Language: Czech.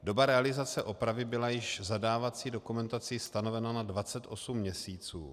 Doba realizace opravy byla již v zadávací dokumentaci stanovena na 28 měsíců.